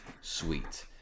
sweet